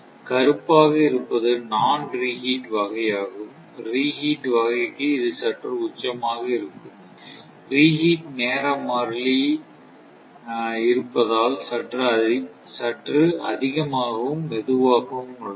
கருப்பாக இருப்பது நான் ரிஹீட் வகை ஆகும் ரிஹீட் வகைக்கு இது சற்று உச்சமாக இருக்கும் ரீஹீட் நேர மாறிலி இருப்பதால் சற்று அதிகமாகவும் மெதுவாகவும் உள்ளது